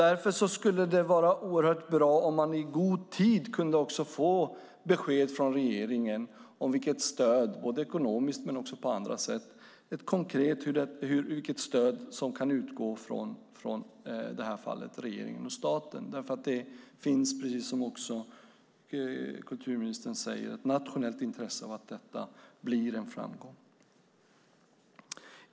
Därför skulle det vara oerhört bra om man i god tid kunde få besked från regeringen om vilket stöd, inte bara ekonomiskt utan även på andra sätt, som kan utgå från i det här fallet regeringen och staten. Det finns nämligen, precis som kulturministern också säger, ett nationellt intresse av att detta blir en framgång.